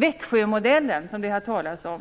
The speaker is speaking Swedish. Växjömodellen,